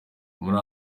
muri